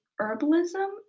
herbalism